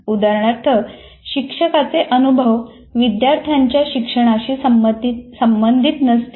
उदाहरणार्थ शिक्षकांचे अनुभव विद्यार्थ्यांच्या शिक्षणाशी संबंधित नसतील